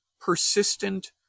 persistent